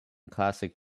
classic